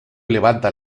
levanta